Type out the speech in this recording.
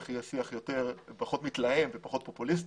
יהיה שיח פחות מתלהם ופחות פופוליסטי.